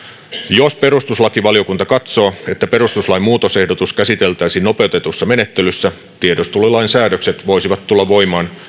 jos perustuslakivaliokunta katsoo että perustuslain muutosehdotus käsiteltäisiin nopeutetussa menettelyssä tiedustelulain säädökset voisivat tulla voimaan